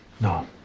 No